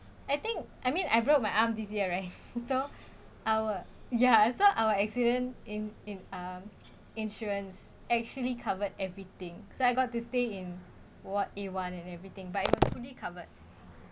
I think I mean I broke my arm this year right so our ya so our accident in in um insurance actually covered everything so I got to stay in ward A one and everything but it was fully covered